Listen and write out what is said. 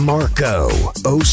Marco